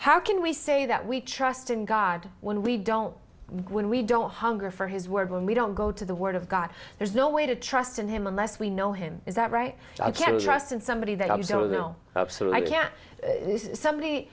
how can we say that we trust in god when we don't when we don't hunger for his word when we don't go to the word of god there's no way to trust in him unless we know him is that right i can trust in somebody that i don't know i can't somebody